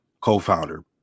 co-founder